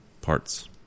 parts